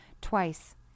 Twice